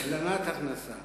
השלמת הכנסה,